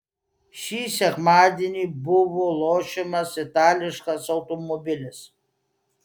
šį sekmadienį buvo lošiamas itališkas automobilis